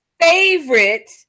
favorite